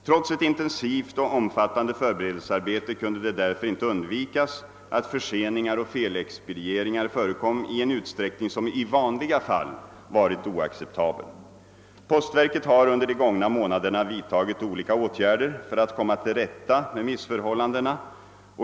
Trots ett intensivt och omfattande förberedelsearbete kunde det därför inte undvikas att förseningar och felexpedieringar förekom i en utsträckning som i vanliga fall varit oacceptabel. Postverket har under de gångna månaderna vidtagit olika åtgärder för att komma till rätta med missförhållandena.